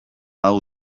hau